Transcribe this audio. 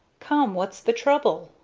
come what's the trouble?